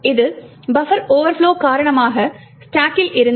இது buffer overflow காரணமாக ஸ்டாக்கில் இருந்தது